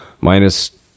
minus